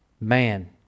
Man